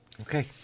Okay